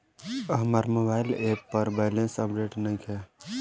हमार mobile app पर balance update नइखे